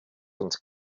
und